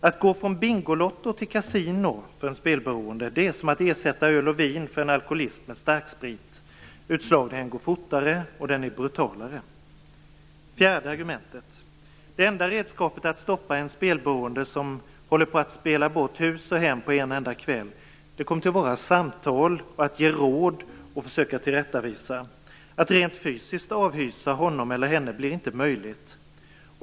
Att gå från bingolotto till kasino för en spelberoende är som att ersätta öl och vin med starksprit för en alkoholist. Utslagningen går fortare och är brutalare. Det enda redskapet att stoppa en spelberoende som håller på att spela bort hus och hem på en enda kväll kommer att vara samtal och att ge råd och försöka tillrättavisa. Att rent fysiskt avhysa honom eller henne blir inte möjligt.